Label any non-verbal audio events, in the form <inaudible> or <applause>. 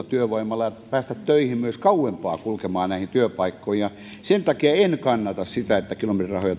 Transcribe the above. <unintelligible> työvoimalla ja päästä myös kauempaa kulkemaan näihin työpaikkoihin sen takia en kannata sitä että kilometrirahoja